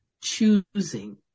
choosing